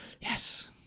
yes